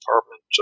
Department